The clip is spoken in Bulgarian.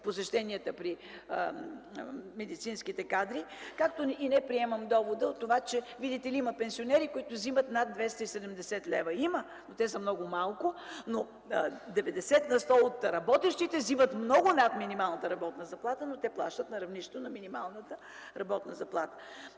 посещенията при медицинските кадри, както и не приемам довода, че, видите ли, има пенсионери, които вземат над 270 лв. Има, но те са много малко. Деветдесет на сто от работещите вземат много над минималната работна заплата, но те плащат на равнището на минималната работна заплата.